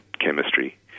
chemistry